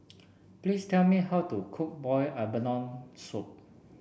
please tell me how to cook Boiled Abalone Soup